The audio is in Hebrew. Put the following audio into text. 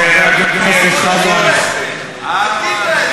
הכנסת גלאון, האהבה מנצחת, זהבה.